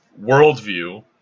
worldview